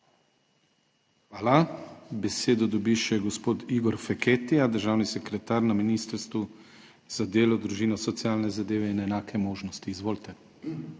Hvala. Besedo dobi še gospod Igor Feketija, državni sekretar na Ministrstvu za delo, družino, socialne zadeve in enake možnosti. Izvolite.